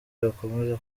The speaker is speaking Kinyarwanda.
yakomeza